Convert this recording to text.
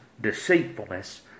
deceitfulness